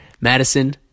Madison